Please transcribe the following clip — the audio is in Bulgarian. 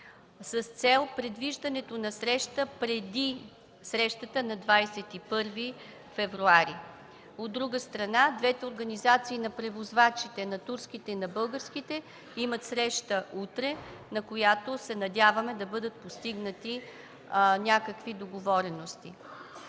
с цел предвиждането на среща преди срещата на 21 февруари. От друга страна, двете организации на превозвачите – на турските и на българските, имат среща утре, на която се надяваме да бъдат постигнати някакви договорености.